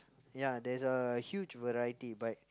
ya there's a huge variety but